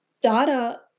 data